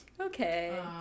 Okay